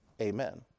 Amen